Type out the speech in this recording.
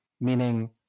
meaning